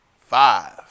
Five